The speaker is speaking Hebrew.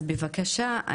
אז בבקשה,